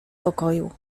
pokoju